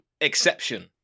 exception